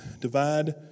Divide